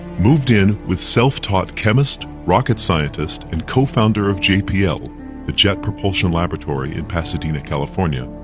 moved in with self-taught chemist, rocket scientist and co-founder of jpl, the jet propulsion laboratory in pasadena, california,